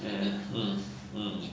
eh hmm hmm